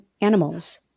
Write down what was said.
animals